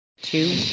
two